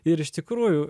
ir iš tikrųjų